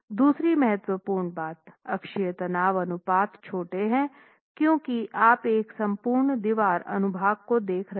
दूसरी महत्वपूर्ण बात अक्षीय तनाव अनुपात छोटे हैं क्योंकि आप एक संपूर्ण दीवार अनुभाग को देख रहे हैं